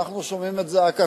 אנחנו שומעים את זעקתם.